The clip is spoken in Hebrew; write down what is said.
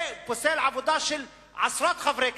זה פוסל עבודה של עשרות חברי כנסת.